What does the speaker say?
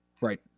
Right